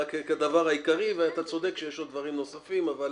כדבר העיקרי, ואתה צודק שיש עוד דברים נוספים, אבל